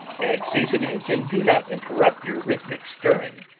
add seasonings and do not interrupt your rhythmic stirring,